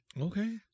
Okay